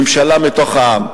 ממשלה מתוך העם,